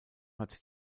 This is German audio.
hat